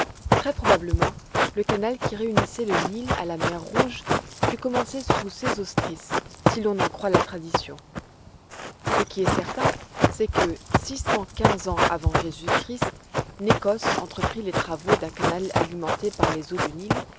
très probablement le canal qui réunissait le nil à la mer rouge fut commencé sous sésostris si l'on en croit la tradition ce qui est certain c'est que six cent quinze ans avant jésus-christ necos entreprit les travaux d'un canal alimenté par les eaux du nil